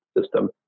system